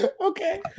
okay